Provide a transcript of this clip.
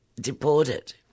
deported